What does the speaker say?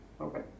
Okay